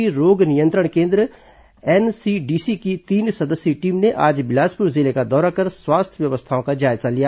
राष्ट्रीय रोग नियंत्रण केन्द्र एनसीडीसी की तीन सदस्यीय टीम ने आज बिलासपुर जिले का दौरा कर स्वास्थ्य व्यवस्थाओं का जायजा लिया